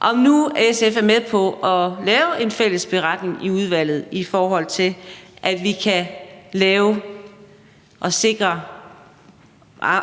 om SF nu er med på at lave en fælles beretning i udvalget, i forhold til at vi kan sikre